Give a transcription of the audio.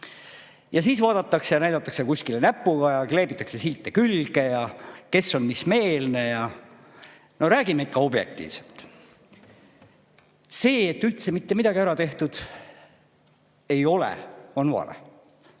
ei ole. Siis näidatakse kuskile näpuga ja kleebitakse silte külge, et kes on mismeelne ja ...No räägime ikka objektiivselt. See, et üldse mitte midagi ära tehtud ei ole, on vale.